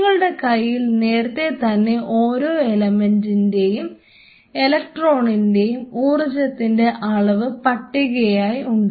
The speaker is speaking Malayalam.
നിങ്ങളുടെ കയ്യിൽ നേരത്തെ തന്നെ ഓരോ എലമെന്റിന്റെയും ഇലക്ട്രോണിന്റെയും ഊർജ്ജത്തിന്റെ അളവ് പട്ടികയായി ഉണ്ട്